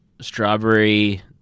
strawberry